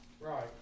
right